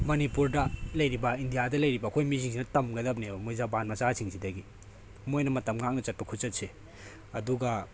ꯃꯅꯤꯄꯨꯔꯗ ꯂꯩꯔꯤꯕ ꯏꯟꯗꯤꯌꯥꯗ ꯂꯩꯔꯤꯕ ꯑꯩꯈꯣꯏ ꯃꯤꯁꯤꯡꯁꯤꯅ ꯇꯝꯒꯗꯕꯅꯦꯕ ꯃꯣꯏ ꯖꯄꯥꯟ ꯃꯆꯥꯁꯤꯡꯁꯤꯗꯒꯤ ꯃꯣꯏꯅ ꯃꯇꯝ ꯉꯥꯛꯅ ꯆꯠꯄ ꯈꯨꯆꯠꯁꯦ ꯑꯗꯨꯒ